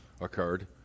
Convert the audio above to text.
occurred